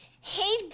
Hey